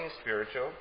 spiritual